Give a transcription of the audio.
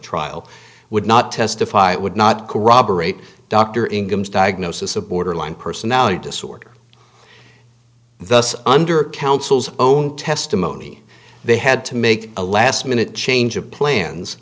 trial would not testify would not corroborate dr income's diagnosis of borderline personality disorder thus under counsel's own testimony they had to make a last minute change of plans